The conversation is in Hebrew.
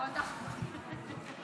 גם אתה,